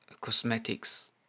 cosmetics